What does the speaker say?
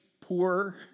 poor